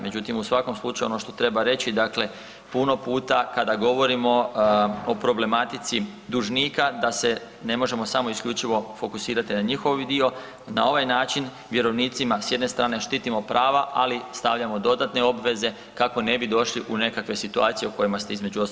Međutim, u svakom slučaju ono što treba reći dakle puno puta kada govorimo o problematici dužnika da se ne možemo samo isključivo fokusirati na njihov dio, na ovaj način vjerovnicima s jedne strane štitimo prava, ali stavljamo dodatne obveze kako ne bi došli u nekakve situacije u kojima ste između ostaloga i vi rekli.